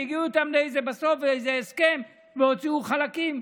שהגיעו איתם בסוף לאיזה הסכם והוציאו חלקים,